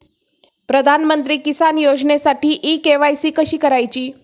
प्रधानमंत्री किसान योजनेसाठी इ के.वाय.सी कशी करायची?